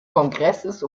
kongresses